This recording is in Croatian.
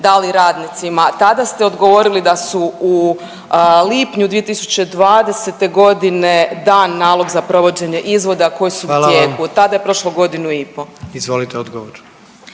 dali radnicima. Tada ste odgovorili da su u lipnju 2020.g. dan nalog za provođenje izvoda koji su u tijeku …/Upadica predsjednik: Hvala vam./…